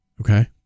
Okay